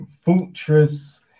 Fortress